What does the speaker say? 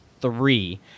three